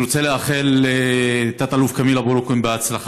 אני רוצה לאחל לתת-אלוף כמיל אבו רוקון בהצלחה.